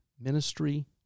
ministry